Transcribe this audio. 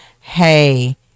hey